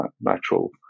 natural